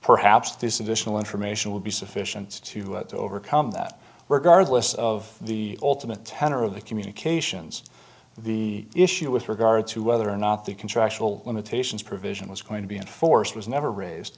perhaps this additional information would be sufficient to overcome that regardless of the ultimate tenor of the communications the issue with regard to whether or not the contractual limitations provision was going to be enforced was never raised